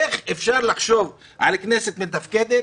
איך אפשר לחשוב על כנסת מתפקדת,